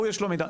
הוא יש לו מידע,